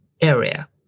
area